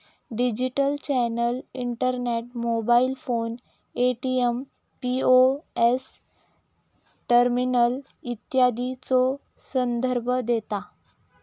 digital channel internet, mobile phone, ATM, POS terminal इत्यादीचो संदर्भ देता